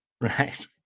right